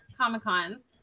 Comic-Cons